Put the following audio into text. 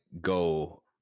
go